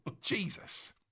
Jesus